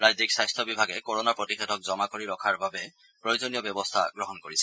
ৰাজ্যিক স্বাস্থ্য বিভাগে কৰনা প্ৰতিষেধক জমা কৰি ৰখাৰ বাবে প্ৰয়োজনীয় ব্যৱস্থা গ্ৰহণ কৰিছে